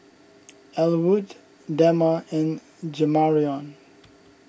Ellwood Dema and Jamarion